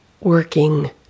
Working